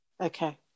okay